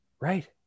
Right